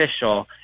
official